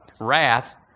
wrath